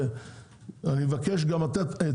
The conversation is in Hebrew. אני מבקש גם לתת,